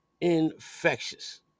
Infectious